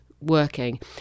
working